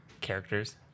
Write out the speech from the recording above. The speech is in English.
characters